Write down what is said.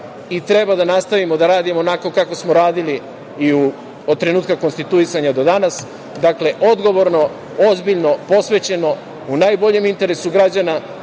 i treba da nastavimo da radimo onako kako smo radili od trenutka konstituisanja do danas. Dakle, odgovorno, ozbiljno, posvećeno, u najboljem interesu građana,